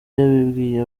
yabibwiye